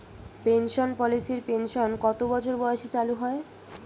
Pension পলিসির pension কত বছর বয়সে চালু হয়?